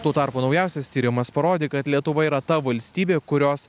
tuo tarpu naujausias tyrimas parodė kad lietuva yra ta valstybė kurios